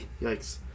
yikes